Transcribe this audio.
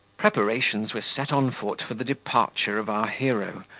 preparations were set on foot for the departure of our hero,